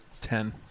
ten